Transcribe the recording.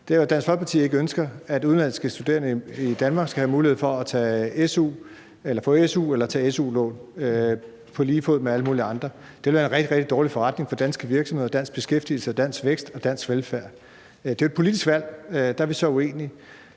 nemlig at Dansk Folkeparti ikke ønsker, at udenlandske studerende i Danmark skal have mulighed for at få su eller tage su-lån på lige fod med alle mulige andre. Det ville være en rigtig, rigtig dårlig forretning for danske virksomheder, dansk beskæftigelse, dansk vækst og dansk velfærd. Det er jo et politisk valg, og der er vi så uenige.